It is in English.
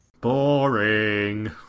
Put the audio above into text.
boring